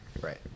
right